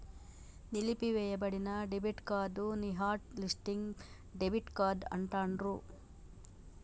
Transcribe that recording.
నిలిపివేయబడిన debit card ని hot listing debit card అంటాండ్రు